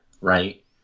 right